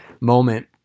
moment